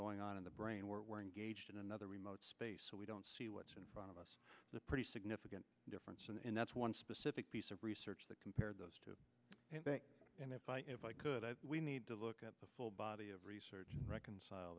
going on in the brain where we're engaged in another remote space so we don't see what's in front of us the pretty significant difference and that's one specific piece of research that compared those two and if i if i could i we need to look at the full body of research reconcile